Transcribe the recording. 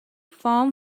foam